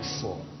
four